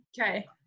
Okay